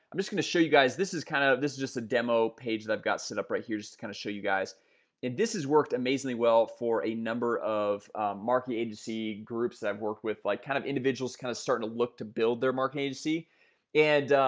i'm just gonna show you guys this is kind of this is just a demo page that i've got set up right here just to kind of show you guys and this has worked amazingly well for a number of marketing agency groups that i've worked with like kind of individuals kind of starting to look to build their marketing agency and